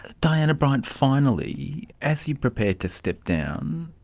ah diana bryant, finally, as you prepare to step down,